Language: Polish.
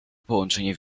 połączenie